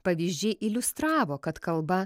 pavyzdžiai iliustravo kad kalba